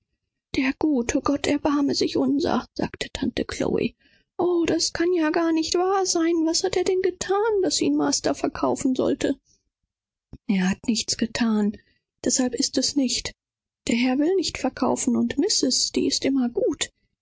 der gute gott sei uns barmherzig sagte tante chlo o es scheint mir es kann nicht wahr sein was hat er denn gethan daß der herr ihn verkaufen sollte nichts hat er gethan es ist nicht deßwegen master verkauft ihn nicht gern und mistreß ach sie ist immer gut